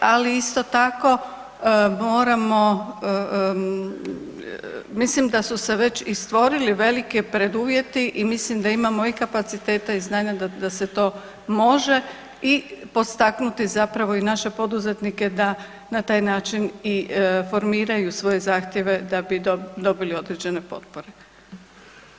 Ali isto tako moramo mislim da se već i stvorili veliki preduvjeti i mislim da imamo i kapaciteta i znanja da se to može i potaknuti zapravo i naše poduzetnike da na taj način i formiraju svoje zahtjeve da bi dobili određene potpore.